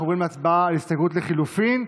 אנחנו עוברים להצבעה על הסתייגות לחלופין.